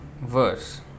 verse